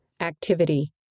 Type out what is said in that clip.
Activity